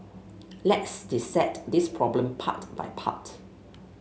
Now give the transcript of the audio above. let's dissect this problem part by part